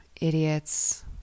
idiots